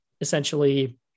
essentially